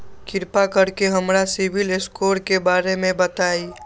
कृपा कर के हमरा सिबिल स्कोर के बारे में बताई?